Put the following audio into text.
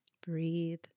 Breathe